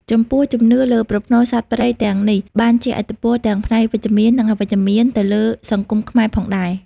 ចំពោះ ជំនឿលើប្រផ្នូលសត្វព្រៃទាំងនេះបានជះឥទ្ធិពលទាំងផ្នែកវិជ្ជមាន និងអវិជ្ជមានទៅលើសង្គមខ្មែរផងដែរ។